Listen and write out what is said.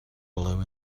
below